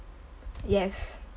yes